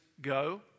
go